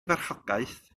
farchogaeth